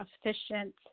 efficient